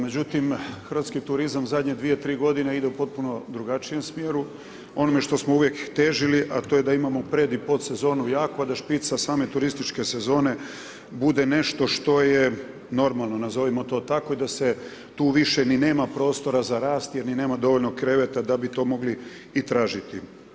Međutim, hrvatski turizam u zadnje 2-3 godine ide u potpuno drugačijem smjeru, onome što smo uvijek težili a to je da imamo pred i podsezonu jaku a da špica same turističke sezone bude nešto što je normalno, nazovimo to tako i da se tu više ni nema prostora za rast jer ni nema dovoljno kreveta da bi to mogli i tražiti.